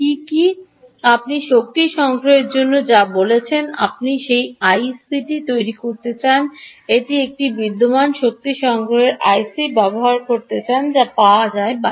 কী যদি আপনি শক্তি সংগ্রহের কথা বলছেন আপনি যে আইসিটি তৈরি করতে চান এটি একটি বিদ্যমান শক্তি সংগ্রহের আইসি ব্যবহার করতে চান যা পাওয়া যায় বাজার